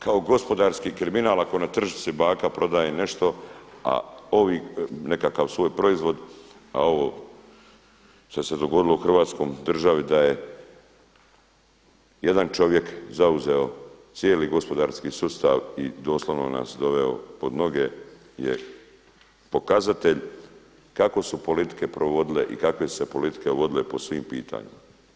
Kao gospodarski kriminal ako na tržnici baka prodaje nešto, nekakav svoj proizvod a ovo što se dogodilo u Hrvatskoj državi da je jedan čovjek zauzeo cijeli gospodarski sustav i doslovno nas doveo pod noge je pokazatelj kako su politike provodile i kakve su se politike vodile po svim pitanjima.